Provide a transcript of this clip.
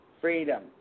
freedom